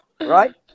Right